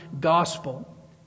gospel